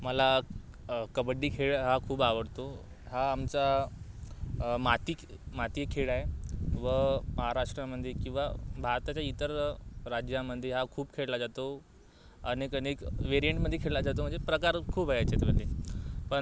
मला कबड्डी खेळ हा खूप आवडतो हा आमचा माती माती खेळ आहे व महाराष्ट्रामध्ये किंवा भारताच्या इतर राज्यामध्ये हा खूप खेळला जातो अनेक अनेक वेरियंटमध्ये खेळला जातो म्हणजे प्रकार खूप आहे त्याच्यात म्हणजे पण